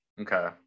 Okay